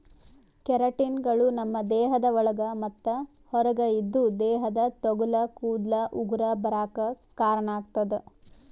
ಕೆರಾಟಿನ್ಗಳು ನಮ್ಮ್ ದೇಹದ ಒಳಗ ಮತ್ತ್ ಹೊರಗ ಇದ್ದು ದೇಹದ ತೊಗಲ ಕೂದಲ ಉಗುರ ಬರಾಕ್ ಕಾರಣಾಗತದ